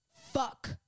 Fuck